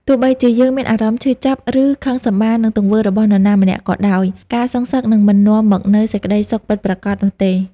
ទោះបីជាយើងមានអារម្មណ៍ឈឺចាប់ ឬខឹងសម្បារនឹងទង្វើរបស់នរណាម្នាក់ក៏ដោយ ការសងសឹកនឹងមិននាំមកនូវសេចក្តីសុខពិតប្រាកដនោះទេ។